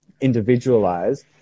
individualized